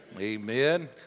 Amen